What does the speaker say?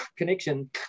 connection